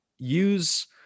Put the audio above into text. use